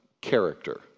character